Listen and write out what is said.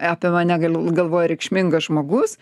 apie mane gal galvoja reikšmingas žmogus